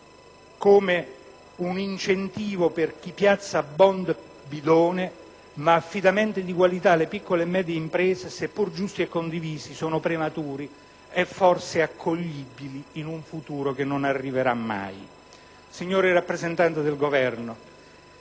certo incentivi per chi piazza *bond* bidone, ma affidamenti di qualità alle piccole e medie imprese, seppur giusti e condivisi, sono prematuri e forse accoglibili in un futuro che non arriverà mai. Signori rappresentanti del Governo,